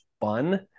fun